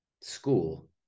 school